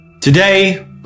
Today